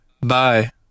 Bye